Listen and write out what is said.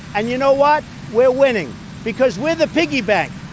and you know what? we're winning because we're the piggy bank.